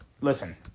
Listen